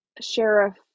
sheriff